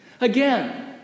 Again